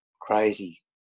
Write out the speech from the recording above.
crazy